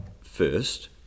first